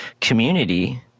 community